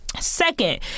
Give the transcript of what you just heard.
Second